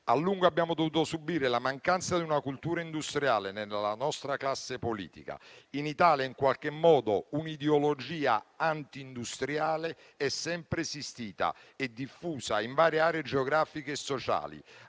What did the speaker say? A lungo abbiamo dovuto subire la mancanza di una cultura industriale nella nostra classe politica. In Italia, in qualche modo, un'ideologia antindustriale è sempre esistita e diffusa in varie aree geografiche e sociali,